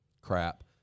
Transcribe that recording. Crap